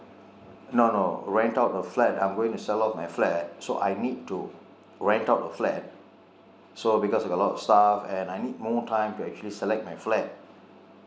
no no rent out a flat I am going to sell off my flat so I need to rent out a flat so because I've got a lot of stuff and I need more time to actually select my flat